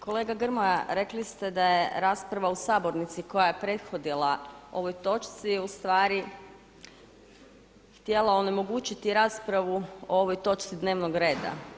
Kolega Grmoja, rekli ste da je rasprava u sabornici koja je prethodila ovoj točci u stvari htjela onemogućiti raspravu o ovoj točci dnevnog reda.